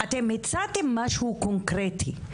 אתם הצעתם משהו קונקרטי,